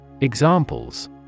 Examples